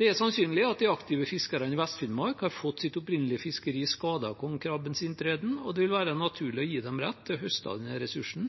Det er sannsynlig at de aktive fiskerne i Vest-Finnmark har fått sitt opprinnelige fiskeri skadet av kongekrabbens inntreden, og det vil være naturlig å gi dem rett til å høste av denne ressursen